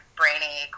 brainy